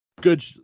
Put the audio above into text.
good